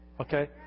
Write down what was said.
Okay